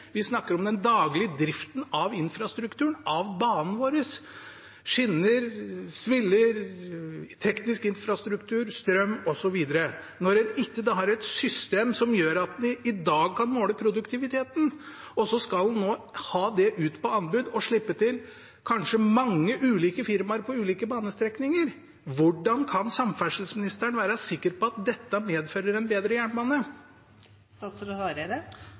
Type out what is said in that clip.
vi snakker om den daglige driften av infrastrukturen på banen vår, om skinner, sviller, teknisk infrastruktur, strøm osv. – når en ikke har et system som gjør at en i dag kan måle produktiviteten. Og så skal en nå ha det ut på anbud og kanskje slippe til mange ulike firmaer på ulike banestrekninger. Hvordan kan samferdselsministeren være sikker på at dette medfører en bedre jernbane?